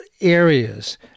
areas